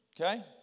okay